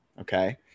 Okay